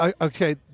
Okay